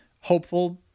hopeful